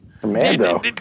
Commando